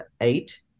eight